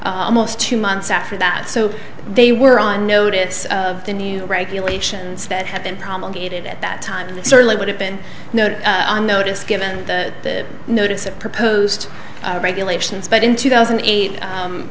almost two months after that so they were on notice of the new regulations that have been promulgated at that time and certainly would have been on notice given the notice of proposed regulations but in two thousand eight